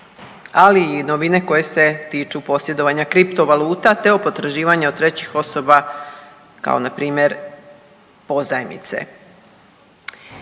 ali i novine koje se tiču posjedovanja kripto valuta, te o potraživanja od trećih osoba kao na primjer pozajmice.